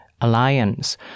alliance